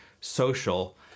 Social